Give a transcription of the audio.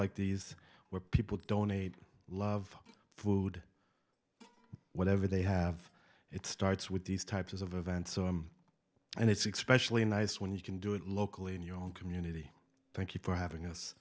like these where people donate love food whatever they have it starts with these types of events and it's expression a nice when you can do it locally in your own community thank you for having us